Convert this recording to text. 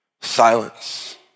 silence